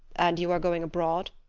and you are going abroad?